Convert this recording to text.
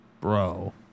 Bro